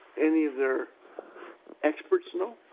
any of the experts know?